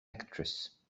actress